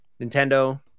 nintendo